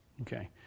Okay